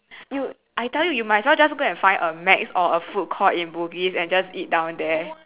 you I tell you you must as well just go and find a Mac's or a food court in Bugis and just eat down there